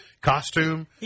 costume